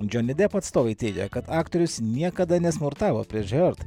džoni dep atstovai teigia kad aktorius niekada nesmurtavo prieš hiort